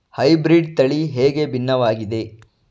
Hybrid ತಳಿ ಹೇಗೆ ಭಿನ್ನವಾಗಿದೆ?